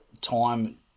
time